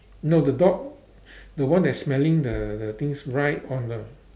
no the dog the one that's smelling the the things right on the